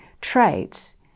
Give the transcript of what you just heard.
traits